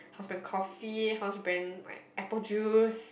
house brand coffee house brand like apple juice